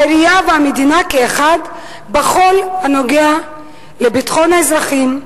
העירייה והמדינה כאחד בכל הנוגע לביטחון האזרחים,